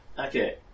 Okay